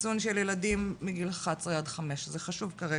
חיסון של ילדים מגיל 11-5 זה חשוב כרגע.